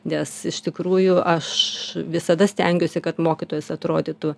nes iš tikrųjų aš visada stengiuosi kad mokytojas atrodytų